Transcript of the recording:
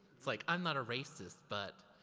it's like, i'm not a racist, but.